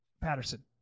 Patterson